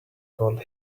called